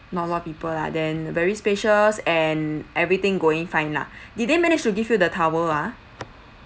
not a lot of people lah then very spacious and everything going fine lah did they manage to give you the towel ah